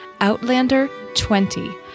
OUTLANDER20